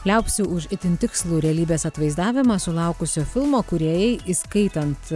liaupsių už itin tikslų realybės atvaizdavimą sulaukusio filmo kūrėjai įskaitant